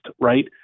Right